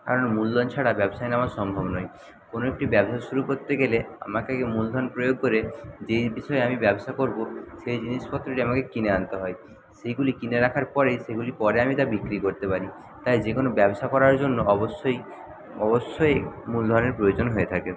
কারণ মূলধন ছাড়া ব্যবসায় নামা সম্ভব নয় কোনও একটি ব্যবসা শুরু করতে গেলে আমাকে যে মূলধন প্রয়োগ করে যে বিষয়ে আমি ব্যবসা করবো সেই জিনিসপত্র যেয়ে আমাকে কিনে আনতে হয় সেইগুলি কিনে রাখার পরে সেইগুলি পরে আমি তা বিক্রি করতে পারি তাই যে কোনও ব্যবসা করার জন্য অবশ্যই অবশ্যই মূলধনের প্রয়োজন হয়ে থাকে